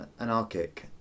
Anarchic